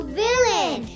villain